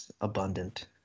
abundant